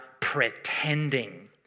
pretending